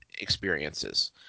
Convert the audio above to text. experiences